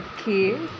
okay